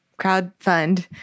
crowdfund